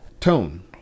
tone